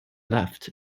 left